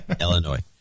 Illinois